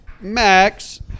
Max